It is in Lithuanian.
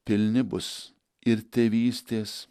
pilni bus ir tėvystės